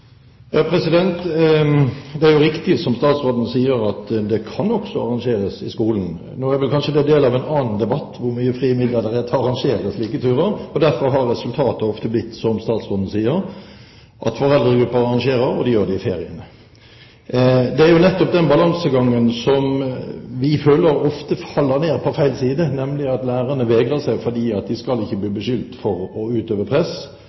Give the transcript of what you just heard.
Det er riktig, som statsråden sier, at det også kan arrangeres i skolen. Nå er vel det kanskje en del av en annen debatt, om hvor mye frie midler man har til å arrangere slike turer. Derfor har resultatet ofte blitt slik som statsråden sier, at foreldregrupper arrangerer, og det gjør de i feriene. Det er nettopp den balansegangen som vi føler ofte faller ned på feil side. Lærerne vegrer seg fordi de ikke skal bli beskyldt for å utøve press.